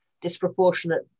disproportionate